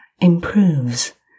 improves